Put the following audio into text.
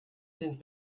den